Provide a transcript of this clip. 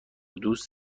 دوست